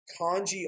Kanji